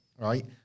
right